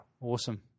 Awesome